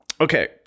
Okay